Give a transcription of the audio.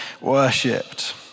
worshipped